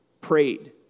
prayed